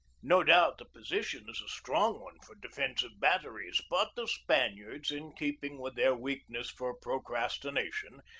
no doubt the position is a strong one for defen sive batteries, but the spaniards, in keeping with their weakness for procrastination,